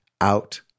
out